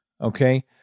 okay